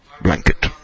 blanket